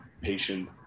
patient